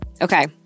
Okay